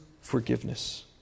forgiveness